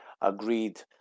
agreed